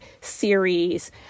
series